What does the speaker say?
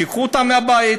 שייקחו אותם מהבית,